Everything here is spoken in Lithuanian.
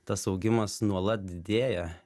tas augimas nuolat didėja